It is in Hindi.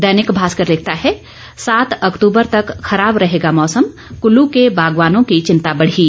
दैनिक भास्कर लिखता है सात अक्तूबर तक खराब रहेगा मौसम कुल्लू के बागबानों की चिंता बढ़ी